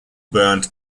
burned